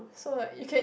so like you can